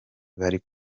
bari